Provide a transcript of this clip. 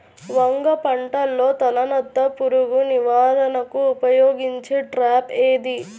వంగ పంటలో తలనత్త పురుగు నివారణకు ఉపయోగించే ట్రాప్ ఏది?